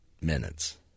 minutes